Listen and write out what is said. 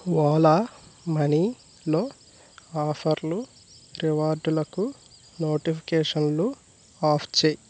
ఓలా మనీలో ఆఫర్లు రివార్డులకు నోటిఫికకేషన్లు ఆఫ్ చెయ్యి